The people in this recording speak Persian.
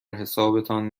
حسابتان